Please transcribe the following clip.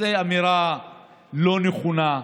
זאת אמירה לא נכונה,